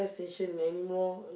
live station any more